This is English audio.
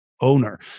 owner